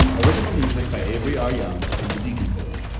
original music by avery r. young and de deacon board.